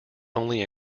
only